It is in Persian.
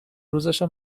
روزشو